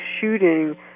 shooting